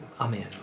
Amen